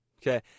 Okay